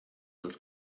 was